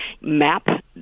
map